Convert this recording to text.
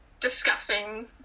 discussing